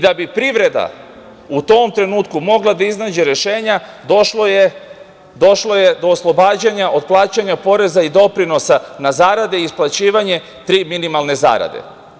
Da bi privreda u tom trenutku mogla da iznađe rešenja došlo je do oslobađanja od plaćanja poreza i doprinosa na zarade i isplaćivanje tri minimalne zarade.